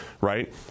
Right